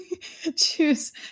Choose